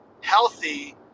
healthy